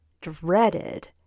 dreaded